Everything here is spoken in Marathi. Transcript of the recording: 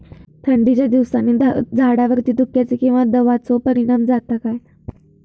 थंडीच्या दिवसानी झाडावरती धुक्याचे किंवा दवाचो परिणाम जाता काय?